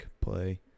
play